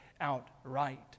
outright